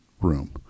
room